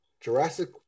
Jurassic